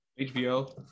HBO